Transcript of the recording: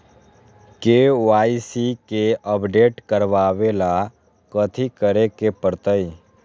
KYC के update करवावेला कथि करें के परतई?